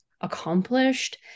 accomplished